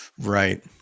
Right